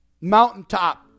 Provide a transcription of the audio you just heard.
mountaintop